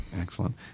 Excellent